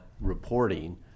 reporting